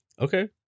okay